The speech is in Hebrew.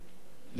למה לא?